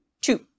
two